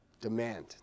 demand